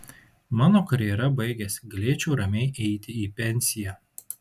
mano karjera baigiasi galėčiau ramiai eiti į pensiją